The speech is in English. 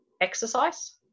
exercise